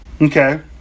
Okay